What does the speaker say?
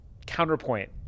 counterpoint